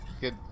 Good